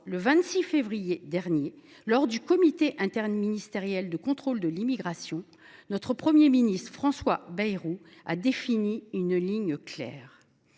le 26 février dernier, lors de la réunion du comité interministériel de contrôle de l’immigration, le Premier ministre, François Bayrou, a défini une ligne claire